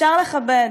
אפשר לכבד